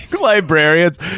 Librarians